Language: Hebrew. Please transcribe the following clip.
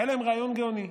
היה להם רעיון גאוני: